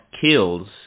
kills